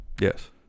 Yes